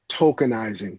tokenizing